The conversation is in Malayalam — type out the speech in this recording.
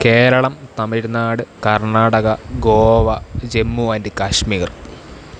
കേരളം തമിഴ്നാട് കർണ്ണാടക ഗോവ ജമ്മു ആൻ്റ് കാശ്മീർ